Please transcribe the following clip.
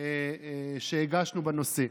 שהגשנו בנושא.